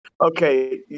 Okay